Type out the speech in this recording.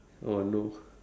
oh no